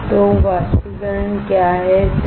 तो वाष्पीकरण क्या हैसही